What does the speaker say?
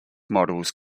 models